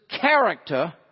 character